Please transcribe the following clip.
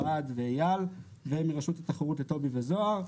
אוהד ואייל ומרשות התחרות לטובי וזהר.